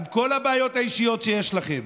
עם כל הבעיות האישיות שיש לכם.